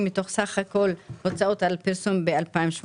מתוך סך הכול הוצאות על פרסום ב-2018.